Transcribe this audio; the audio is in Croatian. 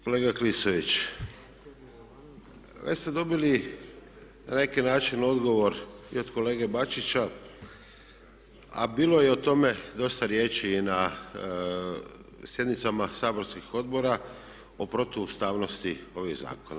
Kolega Klisović, već ste dobili na neki način odgovor i od kolege Bačića, a bilo je o tome dosta riječi i na sjednicama saborskih odbora o protu ustavnosti ovih zakona.